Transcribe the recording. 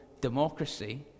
democracy